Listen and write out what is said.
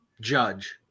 Judge